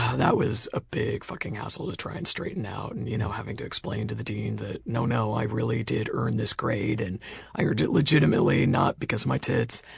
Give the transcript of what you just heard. that was a big fucking hassle to try and straighten out and you know, having to explain to the dean that no, no i really did earn this grade and i earned it legitimately, not because of my tits.